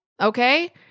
Okay